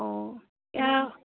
অঁ